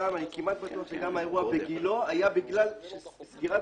כמעט בטוח שגם האירוע בגילה היה בגלל סגירת